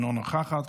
אינה נוכחת,